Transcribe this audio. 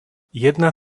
jedna